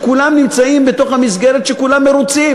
שכולם נמצאים בתוך המסגרת וכולם מרוצים: